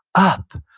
up,